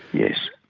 yes.